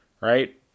right